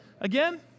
again